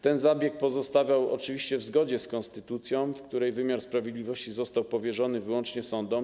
Ten zabieg pozostawał oczywiście w zgodzie z konstytucją, w której wymiar sprawiedliwości został powierzony wyłącznie sądom.